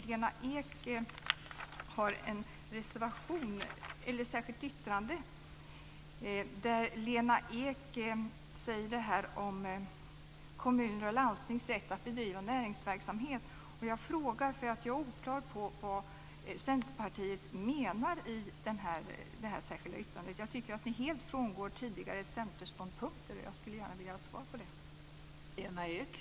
Lena Ek har ett särskilt yttrande där hon tar upp kommuners och landstings rätt att bedriva näringsverksamhet. Jag är oklar över vad Centerpartiet menar i detta särskilda yttrande. Jag tycker att ni helt frångår tidigare centerståndpunkter. Jag skulle gärna vilja ha ett klargörande när det gäller detta.